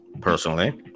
personally